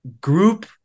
group